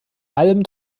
allem